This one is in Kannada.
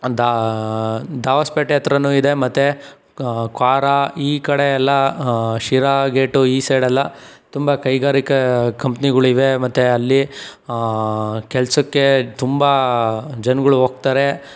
ದಾ ದಾಬಸ್ಪೇಟೆ ಹತ್ರನೂ ಇದೆ ಮತ್ತೆ ಕ್ವಾರ ಈ ಕಡೆ ಎಲ್ಲ ಶಿರಾ ಗೇಟು ಈ ಸೈಡೆಲ್ಲ ತುಂಬ ಕೈಗಾರಿಕಾ ಕಂಪ್ನಿಗಳಿವೆ ಮತ್ತೆ ಅಲ್ಲಿ ಕೆಲಸಕ್ಕೆ ತುಂಬ ಜನಗಳು ಹೋಗ್ತಾರೆ